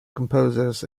composers